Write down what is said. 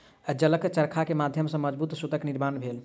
जलक चरखा के माध्यम सॅ मजबूत सूतक निर्माण भेल